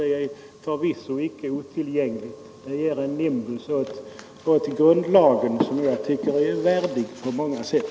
Det är måhända något svårtillgängligt, men ger en nimbus åt grundlagen som jag tycker är värdig på många sätt.